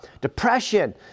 depression